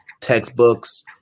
textbooks